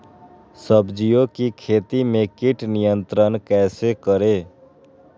सब्जियों की खेती में कीट नियंत्रण कैसे करें?